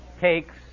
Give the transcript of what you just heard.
takes